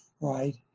right